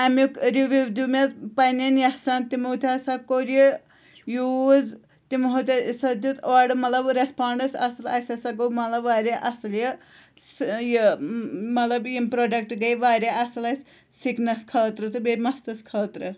اَمیُک رِوِو دیُہ مےٚ پنٛنٮ۪ن یسَن تِمو تہِ ہَسا کوٚر یہِ یوٗز تِمو تہِ سا دیُت اورٕ مطلب رٮ۪سپانٛڈٕس اَصٕل اَسہِ ہَسا گوٚو مطلب واریاہ اَصٕل یہِ سہ یہِ مطلب یِم پرٛوڈَکٹ گٔے واریاہ اَصٕل اَسہِ سِکنَس خٲطرٕ تہٕ بیٚیہِ مَستَس خٲطرٕ